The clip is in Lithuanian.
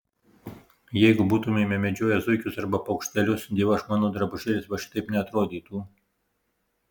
jeigu būtumėme medžioję zuikius arba paukštelius dievaž mano drabužėlis va šitaip neatrodytų